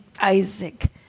Isaac